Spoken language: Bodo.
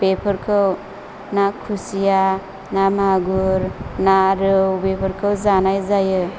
बेफोरखौ ना खुसिया ना मागुर ना रौ बेफोरखौ जानाय जायो